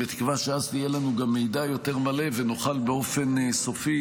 בתקווה שאז יהיה לנו גם מידע יותר מלא ונוכל באופן סופי